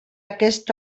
aquest